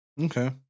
Okay